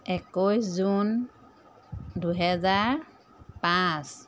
একৈছ জুন দুহেজাৰ পাঁচ